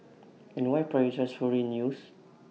and why prioritise foreign news